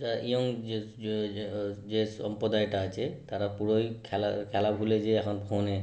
যে ইয়ং যে সম্প্রদায়টা আছে তারা পুরোই খেলা খেলা ভুলে যেয়ে এখন ফোনে